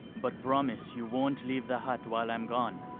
but promise you won't leave the hut while i'm gone.